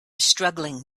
struggling